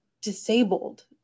disabled